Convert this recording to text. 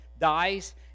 dies